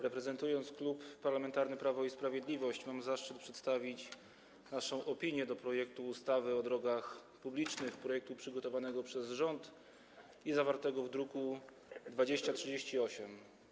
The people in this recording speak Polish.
Reprezentując Klub Parlamentarny Prawo i Sprawiedliwość, mam zaszczyt przedstawić naszą opinię o projekcie ustawy o drogach publicznych, projekcie przygotowanym przez rząd i zawartym w druku nr 2038.